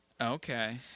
Okay